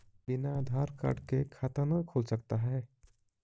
बिना आधार कार्ड के खाता न खुल सकता है?